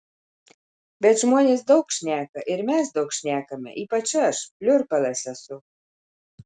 bet žmonės daug šneka ir mes daug šnekame ypač aš pliurpalas esu